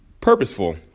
purposeful